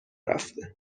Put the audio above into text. رفته